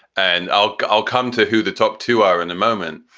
and i'll i'll come to who the top two are in the moment.